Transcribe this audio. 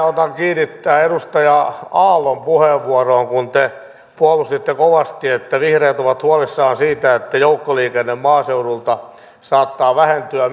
otan kiinni tähän edustaja aallon puheenvuoroon kun te puolustitte kovasti että vihreät ovat huolissaan siitä että joukkoliikenne maaseudulta saattaa vähentyä